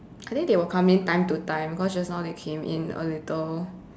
I think they will come in time to time because just now they came in a little